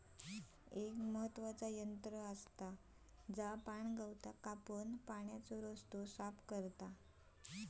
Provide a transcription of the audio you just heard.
एक महत्त्वाचा यंत्र आसा जा पाणगवताक कापून पाण्याचो रस्तो साफ करता